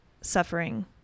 suffering